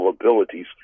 abilities